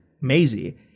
Maisie